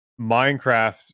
Minecraft